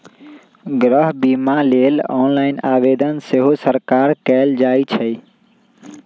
गृह बिमा लेल ऑनलाइन आवेदन सेहो सकार कएल जाइ छइ